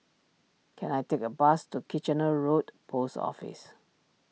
can I take a bus to Kitchener Road Post Office